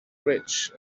rich